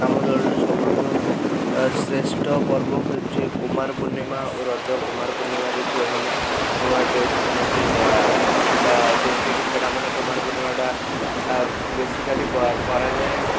ଆମ ଦଳରେ ସବୁଠୁ ଶ୍ରେଷ୍ଠ ପର୍ବ ହେଉଛି କୁମାରପୂର୍ଣ୍ଣିମା ଓ ରଜ କୁମାରପୂର୍ଣ୍ଣିମାରେ ଝିଅମାନେ ନୂଆ ଡ୍ରେସ୍ ପିନ୍ଧନ୍ତି ଅ ଆ ଯେମିତି କି ସେଇଟା ମାନେ କୁମାରପୂର୍ଣ୍ଣିମା ଟା ଆ ବେଶିକାଲି କରାଯାଏ